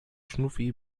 schnuffi